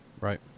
Right